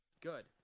Good